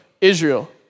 Israel